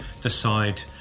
decide